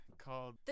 Called